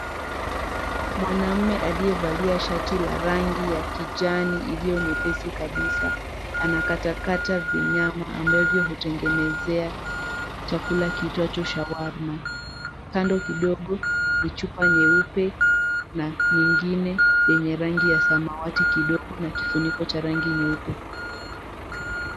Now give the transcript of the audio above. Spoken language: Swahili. Mwanaume aliyevalia shati la rangi ya kijani iliyonyepesi kabisa, anakatakata vinyama ambavyo hutengenezea chakula kiitwacho shawarma. Kando kidogo vichupa nyeupe na mingine yenye rangi ya samawati kidogo na kifuniko cha rangi nyeupe.